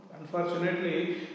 Unfortunately